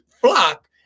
flock